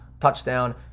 touchdown